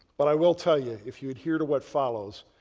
but i will tell you if you adhere to what follows,